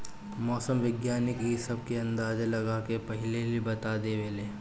मौसम विज्ञानी इ सब के अंदाजा लगा के पहिलहिए बता देवेला